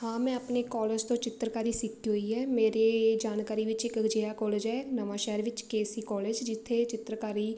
ਹਾਂ ਮੈਂ ਆਪਣੇ ਕੋਲਜ ਤੋਂ ਚਿੱਤਰਕਾਰੀ ਸਿੱਖੀ ਹੋਈ ਹੈ ਮੇਰੇ ਜਾਣਕਾਰੀ ਵਿੱਚ ਇੱਕ ਅਜਿਹਾ ਕੋਲਜ ਹੈ ਨਵਾਂਸ਼ਹਿਰ ਵਿੱਚ ਕੇ ਸੀ ਕੋਲਜ ਜਿੱਥੇ ਚਿੱਤਰਕਾਰੀ